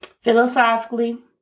Philosophically